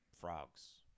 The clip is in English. frogs